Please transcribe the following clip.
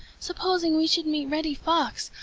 supposing we should meet reddy fox!